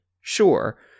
Sure